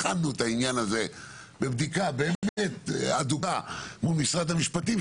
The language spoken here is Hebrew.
בחנו את העניין הזה בבדיקה הדוקה מול משרד המשפטים,